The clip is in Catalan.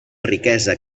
riquesa